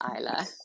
Isla